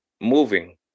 moving